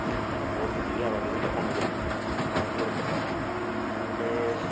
ಫಿಫ್ತ್ನೋ fourth ಇದ್ದಿವಿ ಆವಾಗ ಇದಕ್ಕೆ ಕರ್ಕೊಂಡು ಹೋಗಿರು ಮಂಟೂರ್ಕ್ ಅಲ್ಲಿ